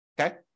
okay